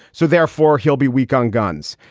so therefore, he'll be weak on guns.